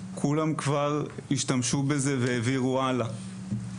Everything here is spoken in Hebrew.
כולם השתמשו בזה והעבירו הלאה.